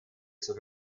zur